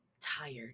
tired